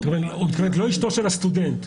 לא אשתו של הסטודנט.